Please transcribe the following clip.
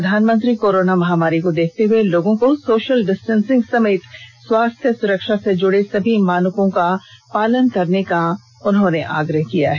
प्रधानमंत्री कोरोना महामारी को देखते हुए लोगों को सोशल डिस्टेंसिंग समेत स्वास्थ्य सुरक्षा से जुड़े सभी मानकों का पालन करने का आग्रह किया है